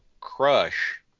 Crush